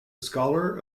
scholar